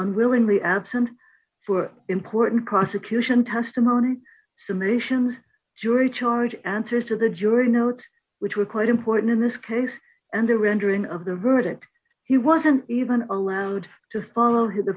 unwillingly absent for important prosecution testimony summations jury charge answers to the jury notes which were quite important in this case and the rendering of the verdict he wasn't even allowed to follow